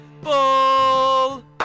ball